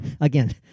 again